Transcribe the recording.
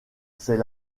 c’est